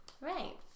right